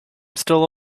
still